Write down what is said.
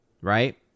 Right